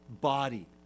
body